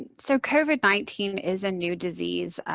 so, covid nineteen is a new disease,